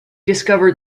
discovered